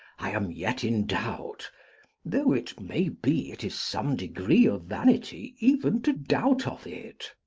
i am yet in doubt though, it may be, it is some degree of vanity even to doubt of it.